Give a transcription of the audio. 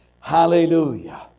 Hallelujah